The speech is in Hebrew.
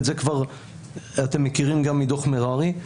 את זה אתם מכירים גם מדוח מררי,